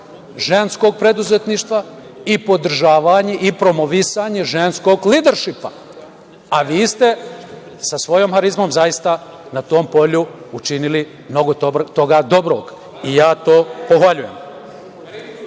ženskog preduzetništva i podržavanje i promovisanje ženskog lideršipa, a vi ste sa svojom harizmom zaista na tom polju učinili mnogo toga dobro i to pohvaljujem. Gospodo,